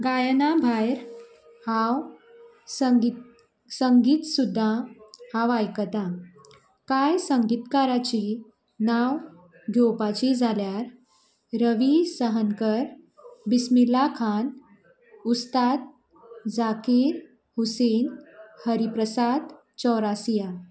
गायना भायर हांव संगीत संगीत सुद्दां हांव आयकता कांय संगीतकारांची नांव घेवपाची जाल्यार रवी सहनकर बिसमिल्हा खान उस्ताद झाकीर हुसेन हरीप्रसाद चौरासीया